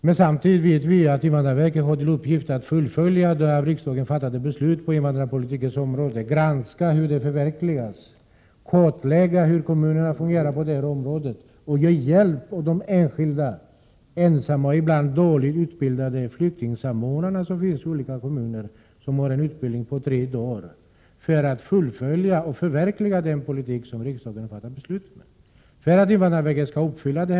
Men vi vet att invandrarverket har till uppgift att fullfölja de av riksdagen fattade besluten på invandrarpolitikens område, att granska hur de förverkligas och kartlägga hur kommunerna fungerar på detta område samt även ge hjälp åt de enskilda och ibland dåligt utbildade flyktingsamordnarna i kommunerna — dessa har en utbildning på tre dagar — så att den politik som riksdagen fattar beslut om kan förverkligas.